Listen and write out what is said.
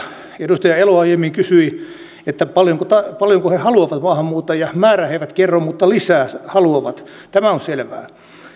edustaja elo aiemmin kysyi paljonko he haluavat maahanmuuttajia määrää he eivät kerro mutta lisää haluavat tämä on selvää